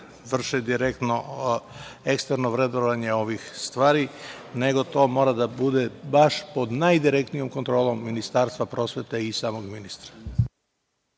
vrše direktno eksterno vrednovanje ovih stvari, nego to mora da bude baš pod najdirektnijom kontrolom Ministarstva prosvete, i samog ministra.